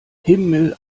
himmel